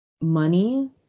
money